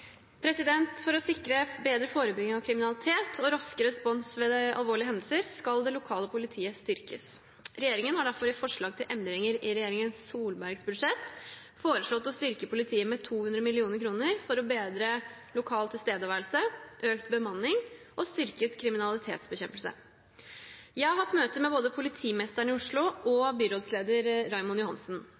For å sikre bedre forebygging av kriminalitet og raskere respons ved alvorlige hendelser skal det lokale politiet styrkes. Regjeringen har derfor i forslag til endringer i regjeringen Solbergs budsjett foreslått å styrke politiet med 200 mill. kr for å få bedre lokal tilstedeværelse, økt bemanning og styrket kriminalitetsbekjempelse. Jeg har hatt møter med både politimesteren i Oslo og byrådsleder Raymond Johansen.